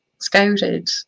scouted